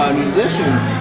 musicians